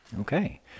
Okay